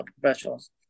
professionals